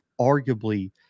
arguably